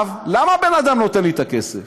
למה בן אדם נותן לי את הכסף?